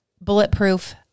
bulletproof